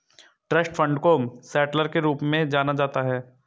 trust fund को settler के रूप में जाना जाता है